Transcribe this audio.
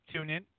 TuneIn